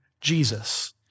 Jesus